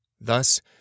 Thus